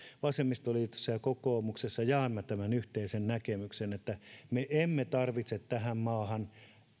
vasemmistoliitossa ja kokoomuksessa jaamme tämän yhteisen näkemyksen että me emme tarvitse tähän maahan